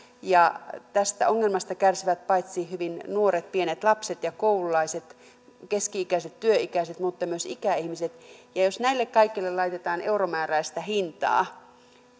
tästä ongelmasta kärsivät hyvin nuoret pienet lapset ja koululaiset keski ikäiset työikäiset mutta myös ikäihmiset ja jos näille kaikille laitetaan euromääräistä hintaa